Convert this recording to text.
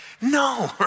no